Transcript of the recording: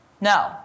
No